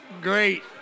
Great